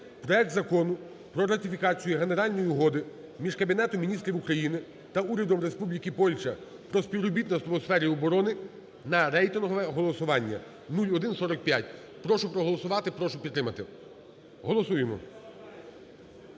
проект Закону про ратифікацію Генеральної Угоди між Кабінетом Міністрів України та Урядом Республіки Польща про співробітництво в сфері оборони, на рейтингове голосування (0145). Прошу проголосувати. Прошу підтримати. Голосуємо.